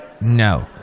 No